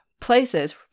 places